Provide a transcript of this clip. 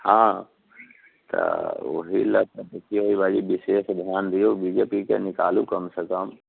हाँ तऽ ओहि लऽ कऽ देखियौ भाइजी विशेष ध्यान दियौ बीजेपीके निकालू कमसँ कम